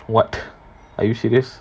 what are you serious